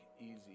easy